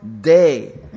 day